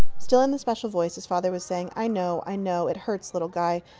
still in the special voice, his father was saying, i know, i know. it hurts, little guy.